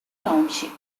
township